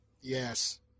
Yes